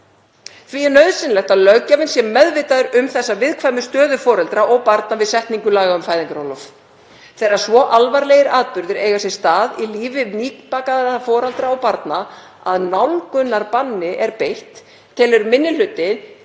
Því er nauðsynlegt að löggjafinn sé meðvitaður um þessa viðkvæmu stöðu foreldra og barna við setningu laga um fæðingarorlof. Þegar svo alvarlegir atburðir eiga sér stað í lífi nýbakaðra foreldra og barna að nálgunarbanni er beitt telur 2. minni hluti